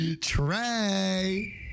Trey